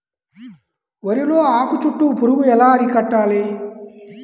వరిలో ఆకు చుట్టూ పురుగు ఎలా అరికట్టాలి?